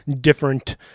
different